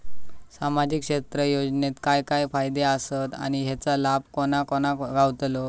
सामजिक क्षेत्र योजनेत काय काय फायदे आसत आणि हेचो लाभ कोणा कोणाक गावतलो?